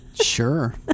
Sure